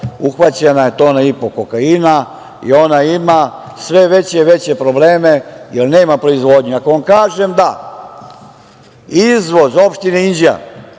uhvaćena je tona i po kokaina i ona ima sve veće i veće probleme jer nema proizvodnju. Ako vam kažem da izvoz iz opštine Inđija